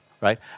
right